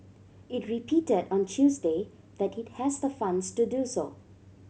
it repeated on Tuesday that it has the funds to do so